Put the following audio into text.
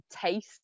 taste